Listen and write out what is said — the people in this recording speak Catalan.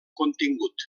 contingut